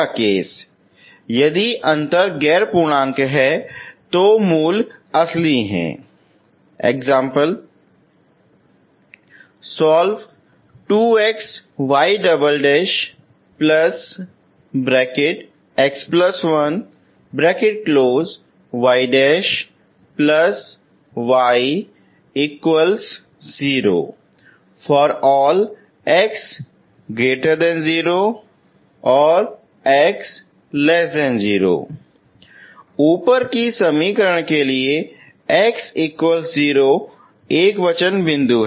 case 1 यदि अंतर गैर पुरांक हैं तो जड़ें असली हैं ऊपर की समीकरण के लिए x0 एक एकवचन बिन्दु है